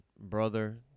brother